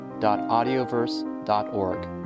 audioverse.org